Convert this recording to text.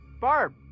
Barb